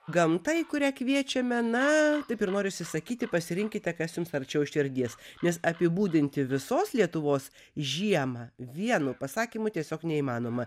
gamta į kurią kviečiame na taip ir norisi sakyti pasirinkite kas jums arčiau širdies nes apibūdinti visos lietuvos žiemą vienu pasakymu tiesiog neįmanoma